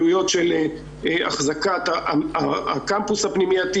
עלויות של אחזקת הקמפוס הפנימייתי.